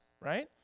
right